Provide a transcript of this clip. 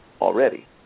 already